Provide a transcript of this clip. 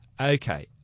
Okay